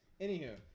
Anywho